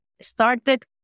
started